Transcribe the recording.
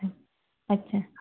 अच्छा